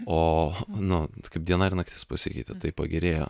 o nu kaip diena ir naktis pasikeitė taio pagerėjo